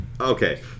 Okay